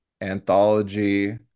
Anthology